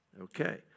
Okay